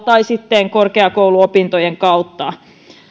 tai sitten korkeakouluopintojen kautta